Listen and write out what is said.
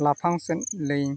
ᱞᱟᱯᱷᱟᱝᱥᱮᱫ ᱞᱤᱧ